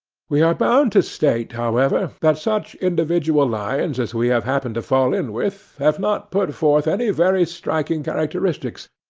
we are bound to state, however, that such individual lions as we have happened to fall in with have not put forth any very striking characteristics,